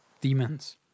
demons